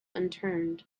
unturned